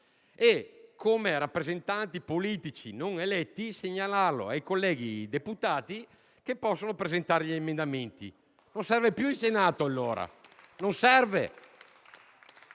e, come rappresentanti politici non eletti, segnalarlo ai colleghi deputati, che possono presentare gli emendamenti. Il Senato allora non serve